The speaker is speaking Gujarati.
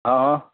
હા